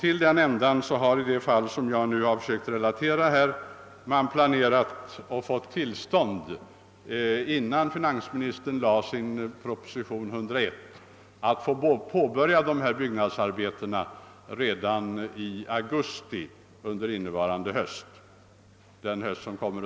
Till den ändan hade man innan finansministern lade fram propositionen 101 begärt och fått tillstånd att påbörja byggnadsarbetena redan i augusti innevarande år.